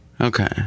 Okay